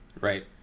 right